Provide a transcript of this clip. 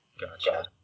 Gotcha